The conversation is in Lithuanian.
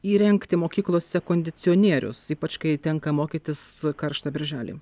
įrengti mokyklose kondicionierius ypač kai tenka mokytis karštą birželį